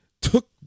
Took